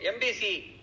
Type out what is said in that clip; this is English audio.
MBC